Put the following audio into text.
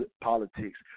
politics